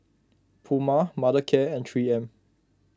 Puma Mothercare and three M